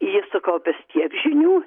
jis sukaupęs tiek žinių